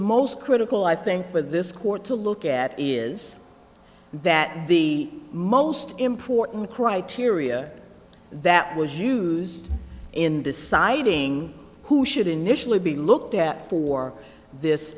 most critical i think with this court to look at is that the most important criteria that was used in deciding who should initially be looked at for this